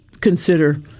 consider